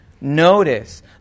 Notice